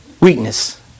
weakness